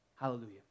Hallelujah